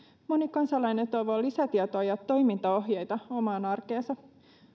moni kansalainen toivoo lisätietoa ja toimintaohjeita omaan arkeensa